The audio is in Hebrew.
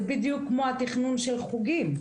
זה בדיוק כמו התכנון של טיולים.